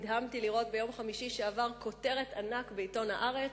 נדהמתי לראות ביום חמישי שעבר כותרת ענק בעיתון "הארץ",